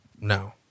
no